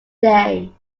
day